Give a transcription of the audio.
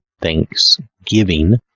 thanksgiving